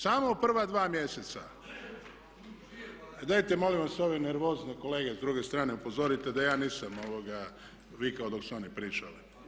Samo u prva 2 mjeseca. … [[Upadica se ne čuje.]] Dajte molim vas ove nervozne kolege s druge strane upozorite da ja nisam vikao dok su oni pričali.